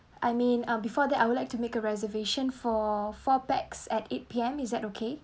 I mean uh before that I would like to make a reservation for four pax at eight P_M is that okay